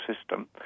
system